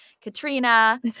Katrina